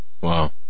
Wow